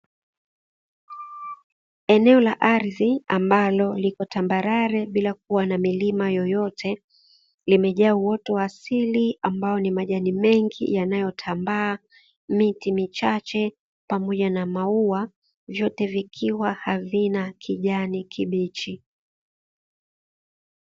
Eneo la ardhi ambalo liko tambarare bila kuwa na milima yoyote, limejaa uoto wa asili ambao ni: majani mengi yanayotambaa, miti michache pamoja na maua; vyote vikiwa havina kijani kibichi.